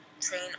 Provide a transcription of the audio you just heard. train